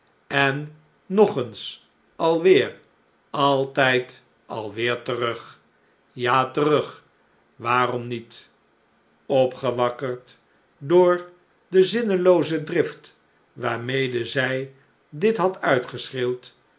en nog eens alweer altyd alweer terug ja terug waarom niet alwber terug opgewakkerd door de zinnelooze drift waar i mede zij difc had